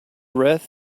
wreath